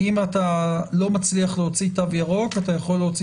אם אתה לא מצליח להוציא תו ירוק אתה יכול להוציא